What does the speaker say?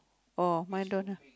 oh mine don't have